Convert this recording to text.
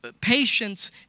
Patience